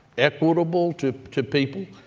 equitable to to people.